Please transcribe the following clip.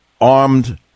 armed